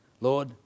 Lord